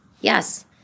Yes